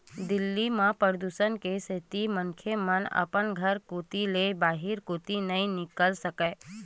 दिल्ली म परदूसन के सेती मनखे मन अपन घर कोती ले बाहिर कोती नइ निकल सकय